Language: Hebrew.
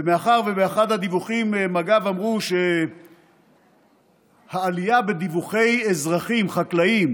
ומאחר שבאחד הדיווחים מג"ב אמרו שהעלייה בדיווחי אזרחים חקלאים